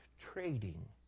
trading